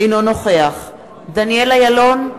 אינו נוכח דניאל אילון,